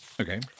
Okay